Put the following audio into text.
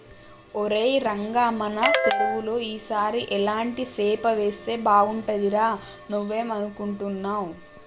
ఒరై రంగ మన సెరువులో ఈ సారి ఎలాంటి సేప వేస్తే బాగుంటుందిరా నువ్వేం అనుకుంటున్నావ్